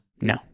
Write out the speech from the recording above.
No